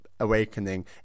awakening